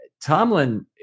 Tomlin